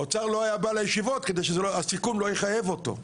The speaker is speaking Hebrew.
האוצר לא היה בא לישיבות כדי שהסיכום לא יחייב אותו.